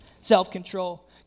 self-control